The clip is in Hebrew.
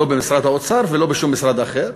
לא במשרד האוצר ולא בשום משרד אחר,